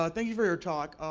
ah thank you for your talk.